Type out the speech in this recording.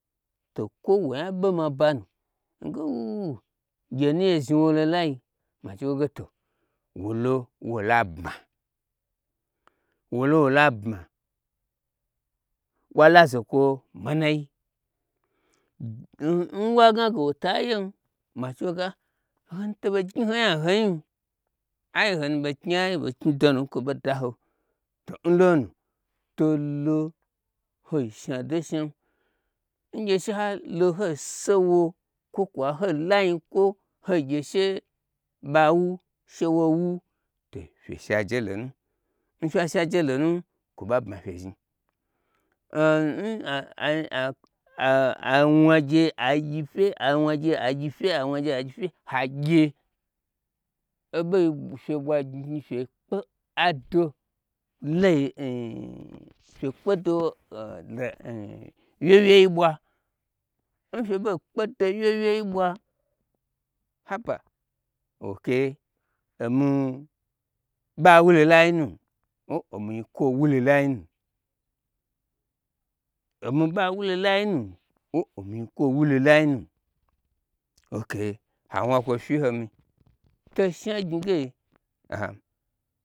To kwo woniya ɓe maba nu nge u-u-u gye nuye zhni mololai machi woge to wo lo wo la bma wala zokwo manai n wagna ge wota yem, machi wo ge a honu to ɓei knyi honya n hoin ai honu ɓei knyi ai hobei knyi donu nkwoɓo daho, to nlo nu tolo ho shna do shnam ngye she halo hoi sowo kwo kwa oi la nyi kwo hoi gye she ɓa wu she wowu to fye shi aje lonu nfya shi aje lonu kwo ɓa bma fye zhni awnagye ai gyi fye hagye oɓo n fye bwa gnyi gnyi fye pe ado wyei wyei bwa n fye ɓo kpoda wyei wyei bwa haba ok omi ba wulo lai nu, omi nyi kwo wulo lai nu ok ha wna kwo fyi n homi to shna gnyige